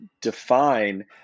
define